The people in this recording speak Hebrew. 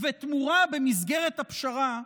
בתמורה, במסגרת הפשרה,